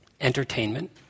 entertainment